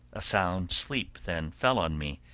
a sound sleep then fell on me,